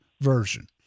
version